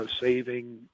saving